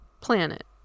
planet